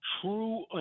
true